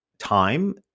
time